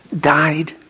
died